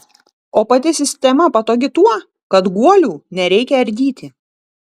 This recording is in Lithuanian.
o pati sistema patogi tuo kad guolių nereikia ardyti